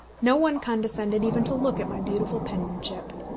no one condescended even to look at my beautiful penmanship.